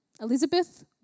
Elizabeth